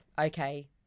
okay